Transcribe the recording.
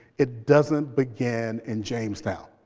it doesn't began in jamestown.